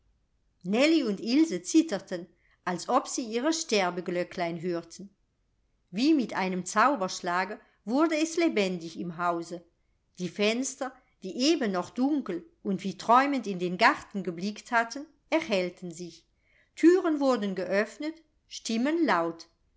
und ilse erzitterten als ob sie ihr sterbeglöcklein hörten wie mit einem zauberschlage wurde es lebendig im hause die fenster die eben noch dunkel und wie träumend in den garten geblickt hatten erhellten sich thüren wurden geöffnet stimmen laut